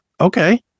Okay